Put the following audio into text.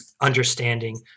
understanding